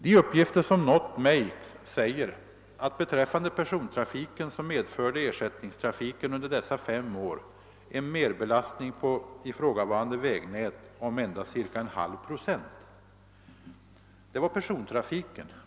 De uppgifter som har nått mig visar att beträffande persontrafiken medförde ersättningstrafiken under dessa år en merbelastning på ifrågavarande vägnät på endast cirka en halv procent. Dessa uppgifter avsåg persontrafiken.